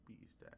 beast